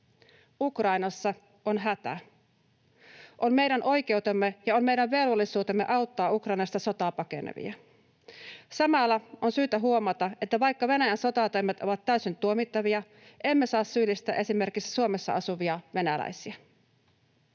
Ukrainassa on hätä. On meidän oikeutemme ja on meidän velvollisuutemme auttaa Ukrainasta sotaa pakenevia. Samalla on syytä huomata, että vaikka Venäjän sotatoimet ovat täysin tuomittavia, emme saa syyllistää esimerkiksi Suomessa asuvia venäläisiä.